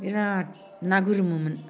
बिराद ना गोरोमो मोन